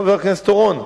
חבר הכנסת אורון?